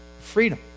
freedom